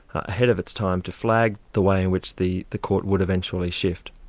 ahead of its time, to flag the way in which the the court would eventually shift.